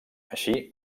així